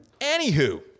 Anywho